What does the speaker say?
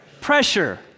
Pressure